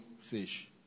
fish